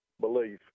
belief